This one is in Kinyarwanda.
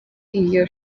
iyo